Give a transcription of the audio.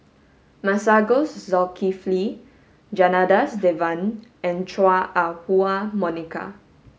Masagos Zulkifli Janadas Devan and Chua Ah Huwa Monica